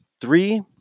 Three